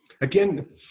Again